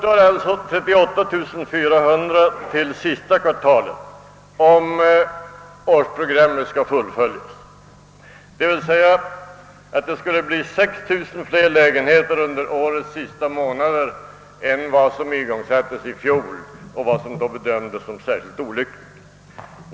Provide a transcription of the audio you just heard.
Alltså återstår 38 400 till sista kvartalet, om årsprogrammet skall fullföljas. Det skulle därigenom bli 6 000 fler lägenheter under årets sista månader än vad som igångsattes under motsvarande tid i fjol och som då bedömdes som särskilt olyckligt.